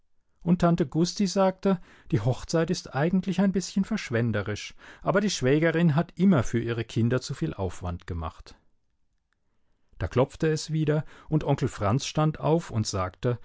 und tante gusti sagte die hochzeit ist eigentlich ein bißchen verschwenderisch aber die schwägerin hat immer für ihre kinder zuviel aufwand gemacht da klopfte es wieder und onkel franz stand auf und sagte